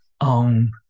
own